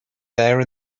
there